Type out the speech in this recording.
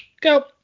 go